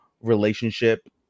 relationship